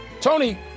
Tony